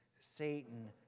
Satan